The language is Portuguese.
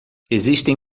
existem